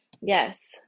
yes